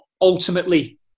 ultimately